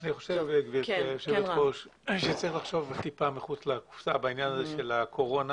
אני חושב שצריך לחשוב טיפה מחוץ לקופסה בעניין הזה של הקורונה